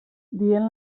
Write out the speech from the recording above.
dient